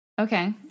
Okay